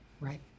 Right